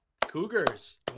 Cougars